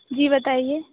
जी बताइए